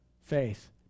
faith